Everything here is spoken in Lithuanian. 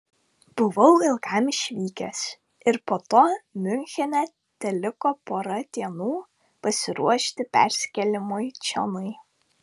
buvau ilgam išvykęs ir po to miunchene teliko pora dienų pasiruošti persikėlimui čionai